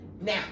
Now